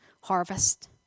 harvest